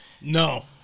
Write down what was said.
No